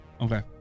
Okay